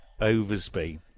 Oversby